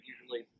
usually